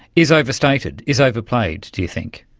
is overstated, is overplayed, do you think?